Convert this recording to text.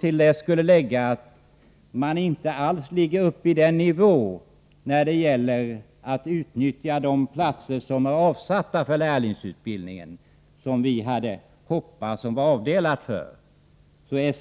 Till detta skall läggas att man inte alls ligger på en så hög nivå när det gäller att utnyttja de platser som är avsatta för lärlingsutbildning som vi hade hoppats, så den föreslagna ramen för lärlingsutbildningen är